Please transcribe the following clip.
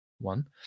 one